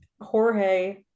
Jorge